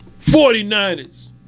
49ers